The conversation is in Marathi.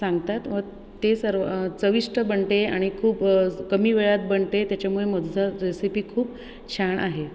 सांगतात व ते सर्व चविष्ट बनते आणि खूप कमी वेळात बनते त्याच्यामुळे मधुरा रेसिपी खूप छान आहे